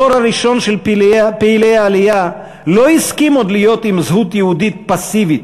הדור הראשון של פעילי העלייה לא הסכים עוד להיות עם זהות יהודית פסיבית,